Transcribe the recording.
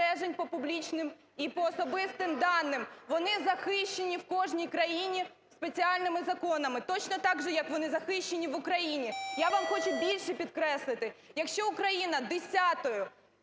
по публічним і по особистим даним, вони захищені в кожній країні спеціальними законами точно так же, як вони захищені в Україні. Я вам хочу більше підкреслити, якщо Україна десятою